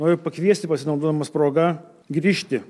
noriu pakviesti pasinaudodamas proga grįžti